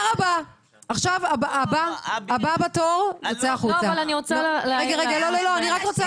מי שאיגד את העובדים סביב השולחן -- ברגע שראו שהכנסת